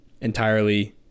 entirely